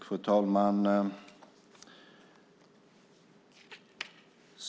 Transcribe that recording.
Fru talman!